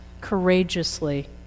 courageously